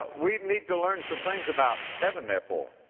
we need to learn some things about heaven therefore.